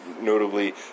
notably